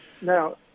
Now